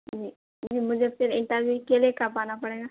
جی مجھے پھر انٹرویو کے لئے کب آنا پڑے گا